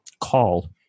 call